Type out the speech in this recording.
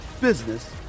business